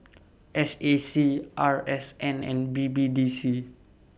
S A C R S N and B B D C